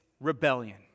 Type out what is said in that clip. rebellion